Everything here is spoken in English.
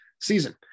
season